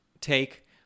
take